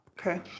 Okay